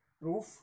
roof